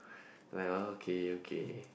like oh ok ok